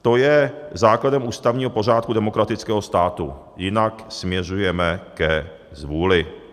To je základem ústavního pořádku demokratického státu, jinak směřujeme ke zvůli.